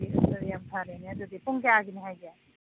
ꯑꯗꯨꯗꯤ ꯌꯥꯝ ꯐꯔꯦꯅꯦ ꯑꯗꯨꯗꯤ ꯄꯨꯡ ꯀꯌꯥꯒꯤꯅꯤ ꯍꯥꯏꯒꯦ